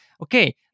Okay